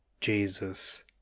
jesus